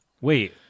Wait